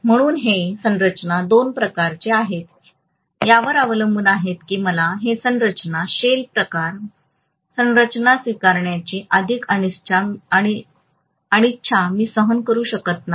म्हणून हे बांधकाम दोन प्रकारचे आहेत यावर अवलंबून आहे की मला हे बांधकाम शेल प्रकार बांधकाम स्वीकारण्याची अधिक अनिच्छा मी सहन करू शकत नाही